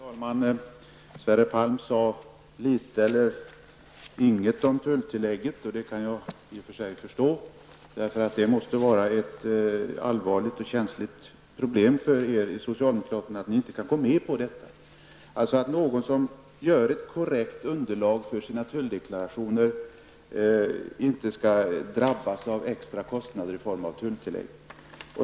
Fru talman! Sverre Palm sade litet eller inget om tulltillägget. Det kan jag i och för sig förstå, för det måste vara ett allvarligt och känsligt problem för er i socialdemokraterna, att ni inte kan gå med på detta. Ett företag som lämnar ett korrekt underlag för sina tulldeklarationer skall inte drabbas av extra kostnader i form av tulltillägg.